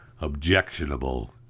objectionable